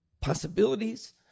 Possibilities